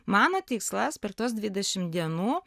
mano tikslas per tuos dvidešimt dienų